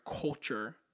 culture